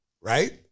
right